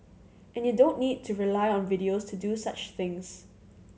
and you don't need to rely on videos to do such things